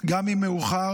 גם אם מאוחר,